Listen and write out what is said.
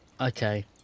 Okay